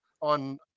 on